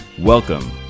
Welcome